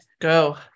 Go